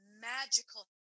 magical